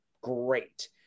Great